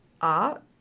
art